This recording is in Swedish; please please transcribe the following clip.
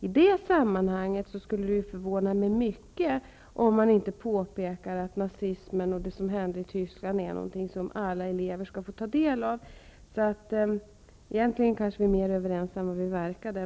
I det sammanhanget skulle det förvåna mig mycket om man inte påpekade att nazismen och det som har hänt i Tyskland är någonting som alla elever skall få ta del av. Egentligen är vi kanske mer över ens än vad det verkar.